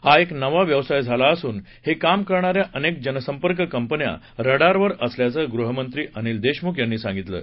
हा एक नवा व्यवसाय झाला असून हे काम करणाऱ्या अनेक जनसंपर्क कंपन्या रडारवर असल्याचं गृहमंत्री अनिल देशमुख यांनी सांगितलं आहे